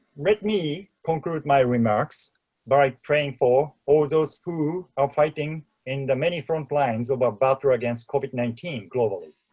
let me conclude my remarks by praying for all those who are fighting in the many front lines of our battle against covid nineteen globally.